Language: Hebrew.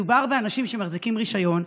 מדובר באנשים שמחזיקים רישיון.